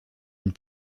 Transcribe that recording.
une